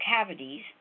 cavities